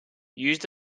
used